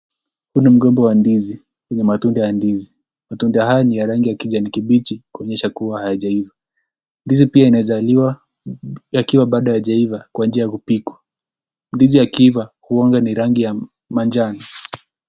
Huu ni mgomba wa ndizi wenye matunda ya ndizi. Matunda haya ni ya rangi ya kijani kibichi kuonyesha kuwa hayajaiva. Ndizi pia inaeza liwa yakiwa bado hayajaiva kwa njia ya kupikwa. Ndizi akiiva huwaga ni rangi ya manjano.